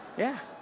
yeah.